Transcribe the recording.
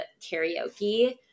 karaoke